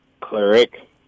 cleric